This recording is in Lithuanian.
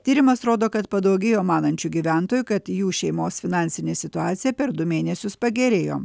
tyrimas rodo kad padaugėjo manančių gyventojų kad jų šeimos finansinė situacija per du mėnesius pagerėjo